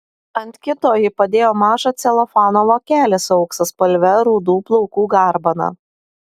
ant kito ji padėjo mažą celofano vokelį su auksaspalve rudų plaukų garbana